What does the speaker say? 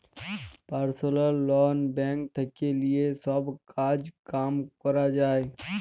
personal loan bank থেক্যে লিয়ে সব কাজ কাম ক্যরা যায়